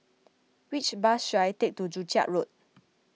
which bus should I take to Joo Chiat Road